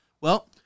Well-